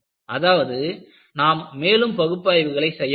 அதாவது நாம் மேலும் பகுப்பாய்வுகளை செய்ய வேண்டும்